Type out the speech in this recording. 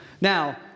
Now